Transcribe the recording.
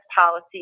policy